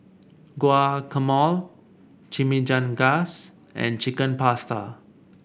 Guacamole Chimichangas and Chicken Pasta